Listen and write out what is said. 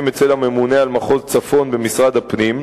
אצל הממונה על מחוז צפון במשרד הפנים,